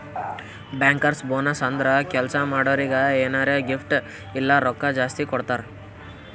bankers bonus ಅಂದುರ್ ಕೆಲ್ಸಾ ಮಾಡೋರಿಗ್ ಎನಾರೇ ಗಿಫ್ಟ್ ಇಲ್ಲ ರೊಕ್ಕಾ ಜಾಸ್ತಿ ಕೊಡ್ತಾರ್